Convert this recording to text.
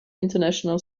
international